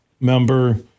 member